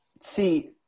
See